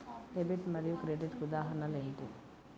Debit మరియు credit ఉదాహరణలు ఏమిటీ?